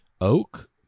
oak